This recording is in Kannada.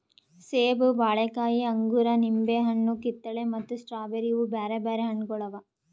ಸೇಬ, ಬಾಳೆಕಾಯಿ, ಅಂಗೂರ, ನಿಂಬೆ ಹಣ್ಣು, ಕಿತ್ತಳೆ ಮತ್ತ ಸ್ಟ್ರಾಬೇರಿ ಇವು ಬ್ಯಾರೆ ಬ್ಯಾರೆ ಹಣ್ಣುಗೊಳ್ ಅವಾ